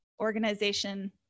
organization